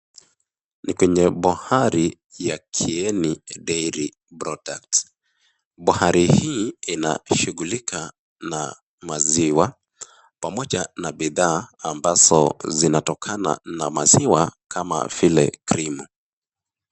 Ni kwenye bohari ya Kieni Dairy Products. Bohari hii inashughulika na maziwa pamoja na bidhaa ambazo zinatokana na maziwa kama vile krimu.